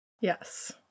Yes